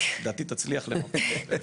לדעתי תצליח לעשות את זה.